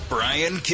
Brian